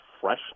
fresh